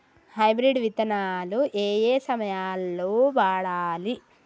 Hybrid విత్తనాలు ఏయే సమయాల్లో వాడాలి?